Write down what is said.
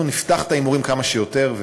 אנחנו נפתח את ההימורים כמה שיותר,